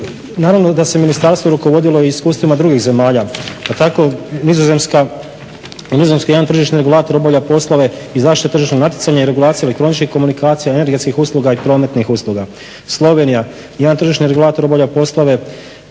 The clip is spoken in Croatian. Naravno da se ministarstvo rukovodilo i iskustvima drugih zemalja, pa tako Nizozemska, u Nizozemskoj jedan tržišni regulator obavlja poslove i zaštite tržišnog natjecanja i regulacije elektroničkih komunikacija, energetskih usluga i prometnih usluga. Slovenija jedan tržišni regulator obavlja poslove